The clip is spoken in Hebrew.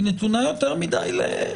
זאת